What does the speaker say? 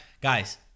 guys